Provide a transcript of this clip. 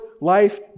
life